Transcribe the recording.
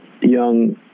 young